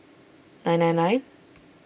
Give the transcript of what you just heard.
nine nine nine